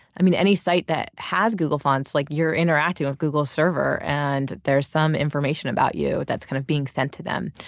i mean, any site that has google fonts, like you're interacting with google's server and there's some information about you that's kind of being sent to them.